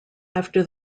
after